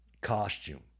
costume